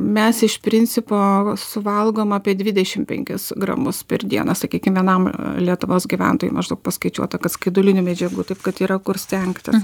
mes iš principo suvalgom apie dvidešim penkis gramus per dieną sakykim vienam lietuvos gyventojui maždaug paskaičiuota kad skaidulinių medžiagų taip kad yra kur stengtis